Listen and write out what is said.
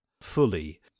fully